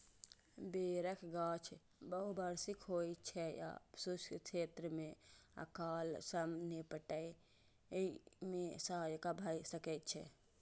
बेरक गाछ बहुवार्षिक होइ छै आ शुष्क क्षेत्र मे अकाल सं निपटै मे सहायक भए सकै छै